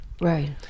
right